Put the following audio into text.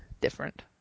different